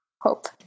hope